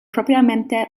propriamente